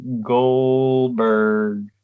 Goldberg